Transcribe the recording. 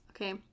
Okay